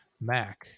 Mac